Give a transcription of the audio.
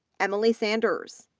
emily sanders,